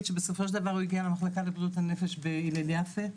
שבסופו של דבר הוא הגיע למחלקה לבריאות הנפש בהלל יפה.